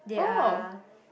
they are